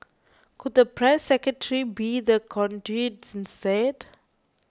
could the press secretary be the conduit instead